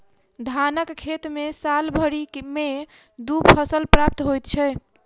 धानक खेत मे साल भरि मे दू फसल प्राप्त होइत छै